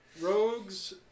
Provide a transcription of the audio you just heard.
Rogues